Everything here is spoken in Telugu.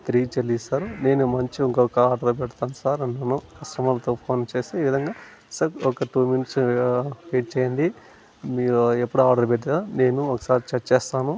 తిరిగి చెల్లిస్తారు నేను మంచి ఇంకొక ఆర్డర్ పెడతాను సర్ అన్నాను కస్టమర్కి ఫోన్ చేసి ఈవిధంగా సర్ ఒక టూ మినిట్స్ వేట్ చెయ్యండి మీరు ఎప్పుడు ఆర్డర్ పెట్టారో నేను ఒకసారి చెక్ చేస్తాము